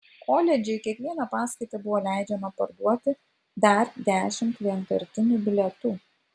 koledže į kiekvieną paskaitą buvo leidžiama parduoti dar dešimt vienkartinių bilietų